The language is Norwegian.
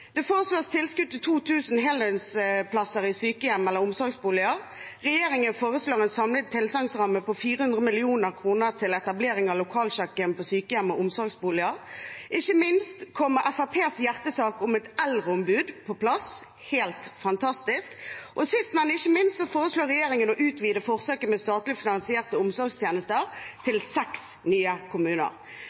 Det foreslås tilskudd til 2 000 heldøgnsplasser i sykehjem eller omsorgsboliger. Regjeringen foreslår en samlet tilsagnsramme på 400 mill. kr til etablering av lokalkjøkken på sykehjem og omsorgsboliger. Fremskrittspartiets hjertesak om et eldreombud kommer på plass – helt fantastisk. Og sist, men ikke minst foreslår regjeringen å utvide forsøket med statlig finansierte omsorgstjenester til seks nye kommuner.